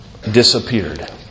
Disappeared